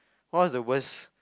what was the worse